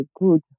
good